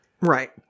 Right